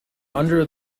under